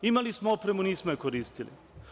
Imali smo opremu, nismo je koristili.